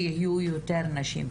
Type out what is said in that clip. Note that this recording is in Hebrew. שיהיו יותר נשים.